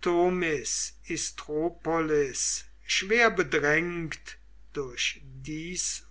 tomis istropolis schwer bedrängt durch dies